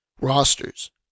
rosters